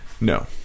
No